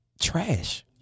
trash